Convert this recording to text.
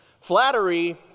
Flattery